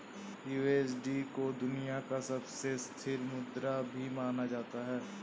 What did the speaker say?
USD को दुनिया की सबसे स्थिर मुद्रा भी माना जाता है